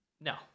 No